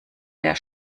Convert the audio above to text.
der